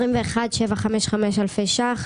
21,755 אלפי ₪.